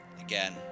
again